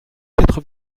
quatre